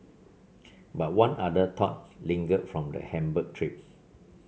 but one other thought lingered from the Hamburg trip